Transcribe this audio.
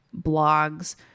blogs